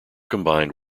combined